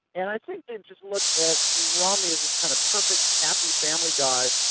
and i think they just look at romney as this kind of perfect happy family guy,